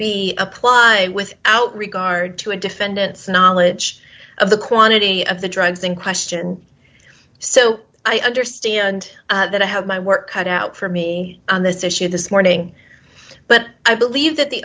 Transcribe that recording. b apply without regard to a defendant's knowledge of the quantity of the drugs in question so i understand that i have my work cut out for me on this issue this morning but i believe that the